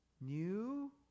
New